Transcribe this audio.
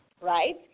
right